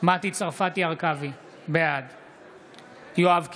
מטי צרפתי הרכבי, בעד יואב קיש,